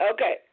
Okay